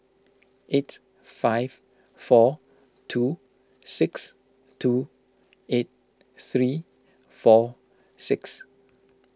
eight five four two six two eight three four six